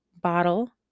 bottle